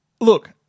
Look